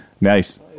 Nice